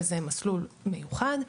שזה מסלול מיוחד.